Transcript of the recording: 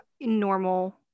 normal